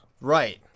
Right